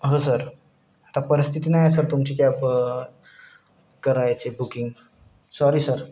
हो सर आता परिस्थिती नाहीये सर तुमची कॅब करायची बुकिंग सॉरी सर